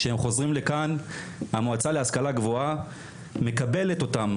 כשהם חוזרים לכאן המועצה להשכלה גבוהה מקבלת אותם.